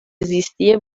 زیستی